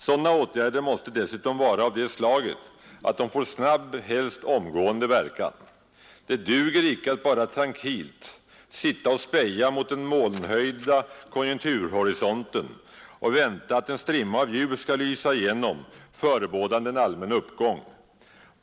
Sådana åtgärder måste dessutom vara av det slaget att de får snabb, helst omgående verkan. Det duger icke att bara trankilt sitta och speja mot den molnhöljda konjunkturhorisonten och vänta att en strimma av ljus skall lysa igenom förebådande en allmän uppgång.